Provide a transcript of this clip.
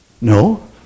No